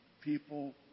people